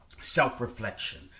self-reflection